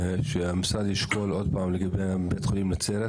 שהמשרד ישקול עוד פעם לגבי בית החולים נצרת,